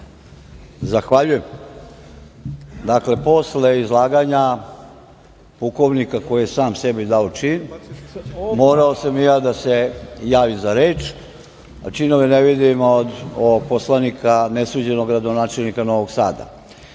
Zahvaljujem. Dakle, posle izlaganja pukovnika koji je sam sebi dao čin, morao sam i ja da se javim za reč, a činove čujemo od poslanika, nesuđenog gradonačelnika Novog Sada. Dame